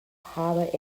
harbor